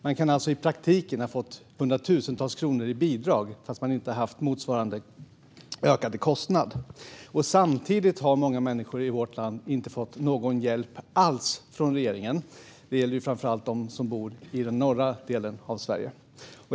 Man kan alltså i praktiken ha fått hundratusentals kronor i bidrag fast man inte har haft motsvarande ökade kostnader. Samtidigt har många människor i vårt land inte fått någon hjälp alls från regeringen. Det gäller framför allt dem som bor i den norra delen av Sverige.